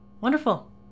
Wonderful